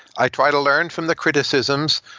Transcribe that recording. i try to learn from the criticisms.